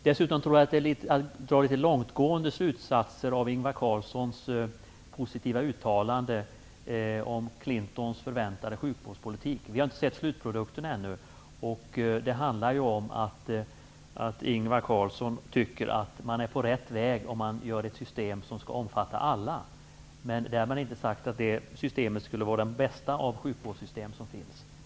Däremot tror jag att Göte Jonsson drar litet för långtgående slutsatser av Ingvar Carlssons positiva uttalande om Clintons förväntade sjukvårdspolitik. Vi har inte sett slutprodukten ännu, och det handlar om att Ingvar Carlsson tycker att man är på rätt väg om man gör ett system som skall omfatta alla. Därmed inte sagt att det systemet skulle vara det bästa.